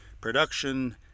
production